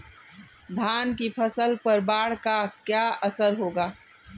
धान की फसल पर बाढ़ का क्या असर होगा?